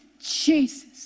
Jesus